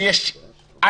כי יש אלפים,